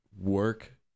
work